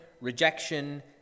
rejection